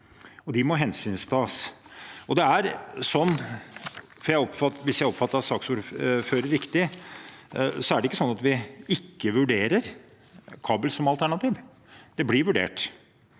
de må hensyntas. Hvis jeg oppfattet saksordføreren riktig, er det ikke sånn at vi ikke vurderer kabel som alternativ. Det blir vurdert,